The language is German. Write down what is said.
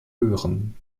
hören